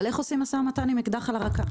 אבל איך עושים משא ומתן עם אקדח על הרקה.